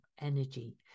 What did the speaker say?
energy